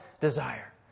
desire